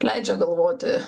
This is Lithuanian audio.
leidžia galvoti